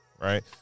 Right